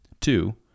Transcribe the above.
two